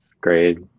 grade